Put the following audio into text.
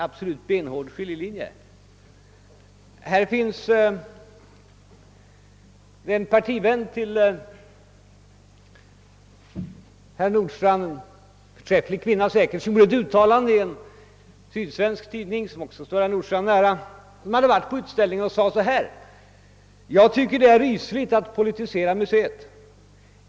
En partivän till herr Nordstrandh — säkerligen en förträfflig kvinna — har gjort ett uttalande i en sydsvensk tidning, som också står herr Nordstrandh nära, och hon skrev där bl.a., att hon tyckte det var rysligt att politisera museet.